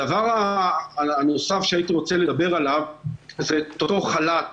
הדבר הנוסף שהייתי רוצה לדבר עליו הוא זה אותו חל"ת